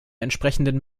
entsprechenden